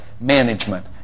management